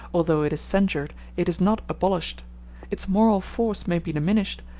although it is censured, it is not abolished its moral force may be diminished,